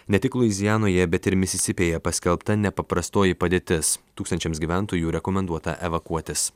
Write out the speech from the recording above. ne tik luizianoje bet ir misisipėje paskelbta nepaprastoji padėtis tūkstančiams gyventojų rekomenduota evakuotis